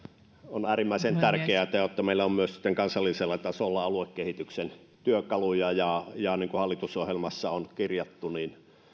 on äärimmäisen tärkeätä että meillä on myös kansallisella tasolla aluekehityksen työkaluja niin kuin hallitusohjelmaan on kirjattu